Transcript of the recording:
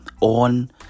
on